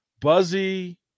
Buzzy